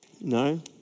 No